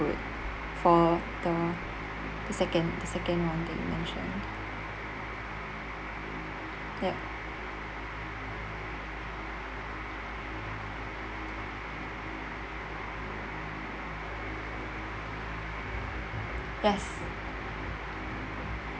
good for the the second the second one that you mentioned yup yes